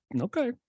Okay